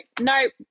nope